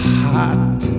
hot